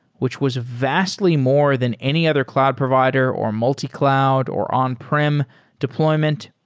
which was vastly more than any other cloud provider, or multi-cloud, or on-prem deployment.